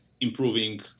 improving